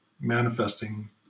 manifesting